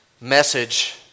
message